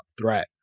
threat